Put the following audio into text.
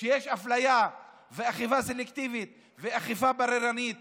שיש אפליה ואכיפה סלקטיבית ואכיפה בררנית